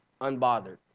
Unbothered